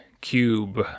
Cube